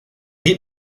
gib